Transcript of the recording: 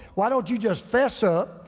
why don't you just face up?